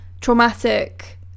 traumatic